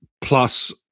plus